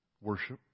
Worship